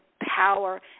power